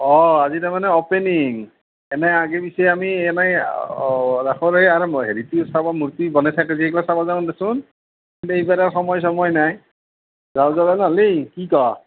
অঁ আজি তাৰ মানে অপেনিং এনে আগে পিছে আমি এনেই ৰাসৰ এই আৰম্ভণি সেই মূৰ্তি বনাই থাকে যে সেইবোৰ চাব যাওঁ দেচোন এইবাৰ আৰ সময় চময় নাই যাওঁ বলা নহ্লি কি কৱ